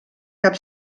cap